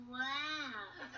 wow